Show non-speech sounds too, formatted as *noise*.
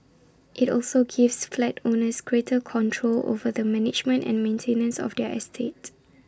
IT also gives flat owners greater control over the management and maintenance of their estate *noise*